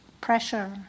pressure